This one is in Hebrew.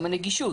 גם הנגישות.